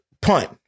punt